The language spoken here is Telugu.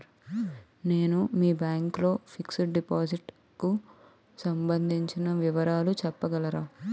నేను మీ బ్యాంక్ లో ఫిక్సడ్ డెపోసిట్ కు సంబందించిన వివరాలు చెప్పగలరా?